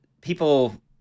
people